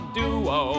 duo